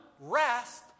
rest